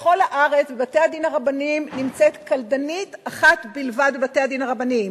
בכל הארץ בבתי-הדין הרבניים נמצאת קלדנית אחת בלבד בבתי-הדין הרבניים,